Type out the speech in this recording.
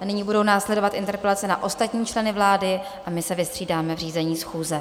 Nyní budou následovat interpelace na ostatní členy vlády a my se vystřídáme v řízení schůze.